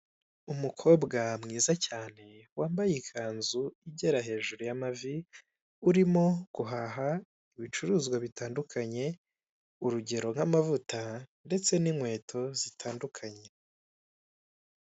Umukobwa mwiza cyane wambaye ikanzu igera hejuru y'amavi urimo guhaha ibicuruzwa bitandukanye, urugero nk'amavuta ndetse n'inkweto zitandukanye.